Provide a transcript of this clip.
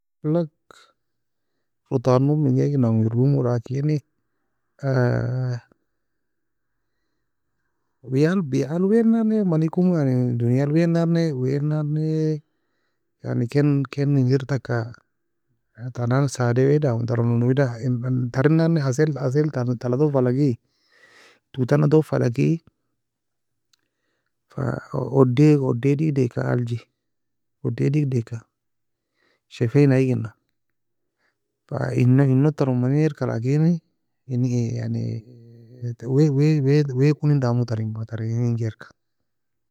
rotan log menga eigenan erbiaremo لكن we nan nae manikomo يعني دنيا wae nan ne wae nan ne يعني ken ken engir taka tanan saadai we damo taronon weda tern nan nae عسل عسل taka ton fala ke taue tana ton falaki fa odaie odaie odaie digedeaka aljee odaie digedeaka shefeyina eagina. Eng taron manika لكن eni يعني wae wae wae konen damo enin badta enin gerka.